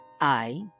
I